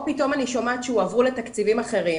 או פתאום אני שומעת שהועברו לתקציבים אחרים